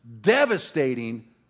devastating